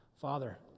Father